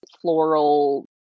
floral